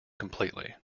completely